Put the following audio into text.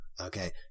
Okay